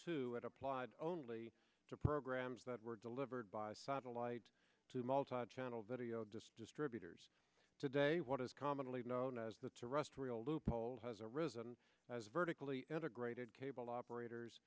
two it applied only to programs that were delivered by satellite to multichannel video distributors today what is commonly known as the to rust real loophole has arisen as vertically integrated cable operators